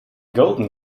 golden